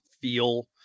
feel